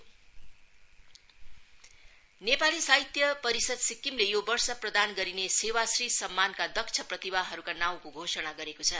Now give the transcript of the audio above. साहित्य परिषह नेपाली साहित्य परिषह सिक्किमले यो वर्ष प्रदान गरिने सेवाश्री सम्मानका दक्ष प्रतिभाहरूका नाउँको घोषणा गरेको छ